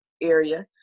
area